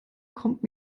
kommt